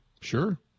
sure